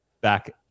back